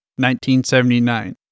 1979